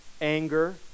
anger